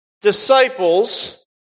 disciples